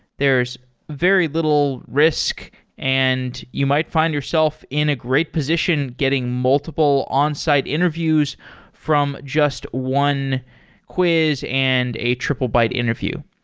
there's very little risk and you might find yourself in a great position getting multiple onsite interviews from just one quiz and a triplebyte interview.